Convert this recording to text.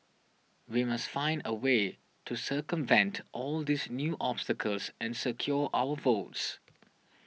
we must find a way to circumvent all these new obstacles and secure our votes